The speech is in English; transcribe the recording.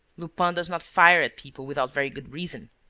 lupin does not fire at people without very good reason.